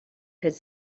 could